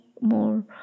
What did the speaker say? more